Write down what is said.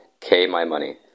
KMyMoney